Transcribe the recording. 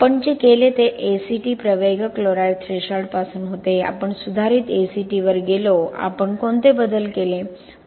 आपण जे केले ते ACT प्रवेगक क्लोराईड थ्रेशोल्डपासून होते आपण सुधारित ACT वर गेलो आपण कोणते बदल केले